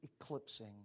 eclipsing